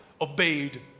obeyed